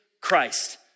Christ